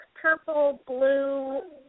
purple-blue